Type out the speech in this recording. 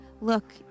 look